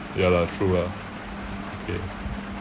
ya lah true lah okay